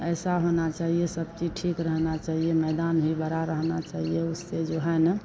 ऐसा होना चाहिए सब चीज़ ठीक रहना चाहिए मैदान भी बड़ा रहना चाहिए उसके जो है ना